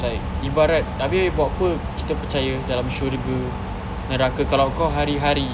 like ibarat abeh buat apa kita percaya dalam syurga neraka kalau kau hari-hari